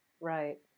right